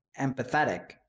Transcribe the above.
empathetic